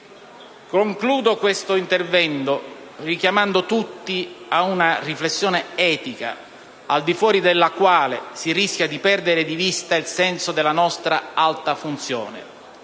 Concludo questo intervento richiamando tutti a una riflessione etica, al di fuori della quale si rischia di perdere di vista il senso della nostra alta funzione;